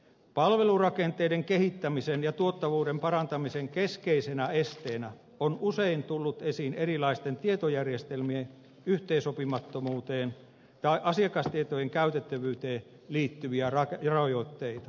palvelurakenteiden kehittämisen ja tuottavuuden parantamisen keskeisenä esteenä on usein tullut esiin erilaisten tietojärjestelmien yhteensopimattomuuteen tai asiakastietojen käytettävyyteen liittyviä rajoitteita